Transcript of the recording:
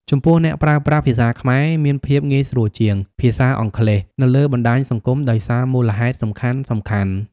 ចំពោះអ្នកប្រើប្រាស់ភាសាខ្មែរ មានភាពងាយស្រួលជាង ភាសាអង់គ្លេសនៅលើបណ្ដាញសង្គម ដោយសារមូលហេតុសំខាន់ៗ។